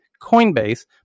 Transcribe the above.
Coinbase